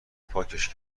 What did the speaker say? پاکش